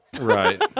Right